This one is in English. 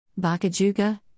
Bakajuga